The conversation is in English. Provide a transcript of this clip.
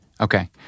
Okay